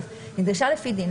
נדרשה לפי דין,